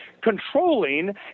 controlling